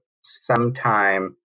sometime